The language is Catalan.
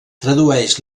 tradueix